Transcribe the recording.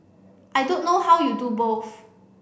I don't know how you do both